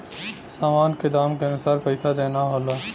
सामान के दाम के अनुसार पइसा देना होला